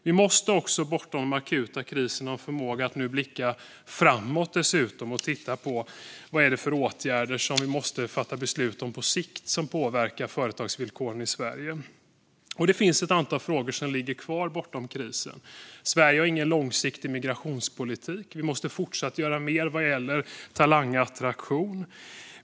Vi måste också blicka bortom den akuta krisen och se vilka åtgärder vi måste fatta beslut om på sikt som påverkar företagsvillkoren i Sverige. Det finns ett antal frågor som ligger kvar bortom krisen. Sverige har ingen långsiktig migrationspolitik, och vi måste fortsätta att göra mer vad gäller talangattraktion.